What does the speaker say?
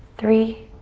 three,